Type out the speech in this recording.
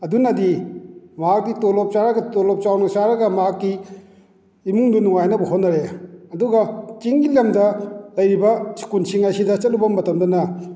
ꯑꯗꯨꯅꯗꯤ ꯃꯍꯥꯛꯇꯤ ꯇꯣꯂꯣꯞ ꯆꯥꯔꯒ ꯇꯣꯂꯣꯞ ꯆꯥꯎꯅ ꯆꯥꯔꯒ ꯃꯍꯥꯛꯀꯤ ꯎꯃꯨꯡꯗꯨ ꯅꯨꯡꯉꯥꯏꯅꯕ ꯍꯣꯠꯅꯔꯦ ꯑꯗꯨꯒ ꯆꯤꯡꯒꯤ ꯂꯝꯗ ꯂꯩꯔꯤꯕ ꯏꯁꯀꯨꯜꯁꯤꯡ ꯑꯁꯤꯗ ꯆꯠꯂꯨꯕ ꯃꯇꯝꯗꯅ